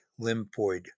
lymphoid